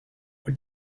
what